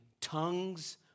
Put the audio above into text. tongues